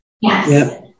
Yes